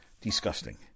Disgusting